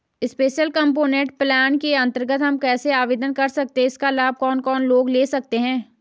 Special component plan के अन्तर्गत हम कैसे आवेदन कर सकते हैं इसका लाभ कौन कौन लोग ले सकते हैं?